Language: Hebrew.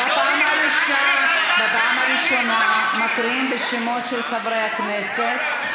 בפעם הראשונה מקריאים את שמות חברי הכנסת,